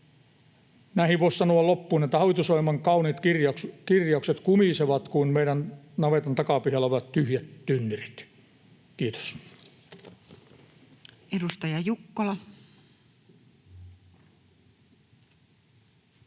ovat. Voisi sanoa loppuun, että hallitusohjelman kauniit kirjaukset kumisevat kuin meidän navetan takapihalla olevat tyhjät tynnyrit. — Kiitos.